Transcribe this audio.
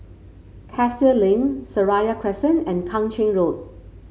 Cassia Link Seraya Crescent and Kang Ching Road